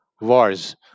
wars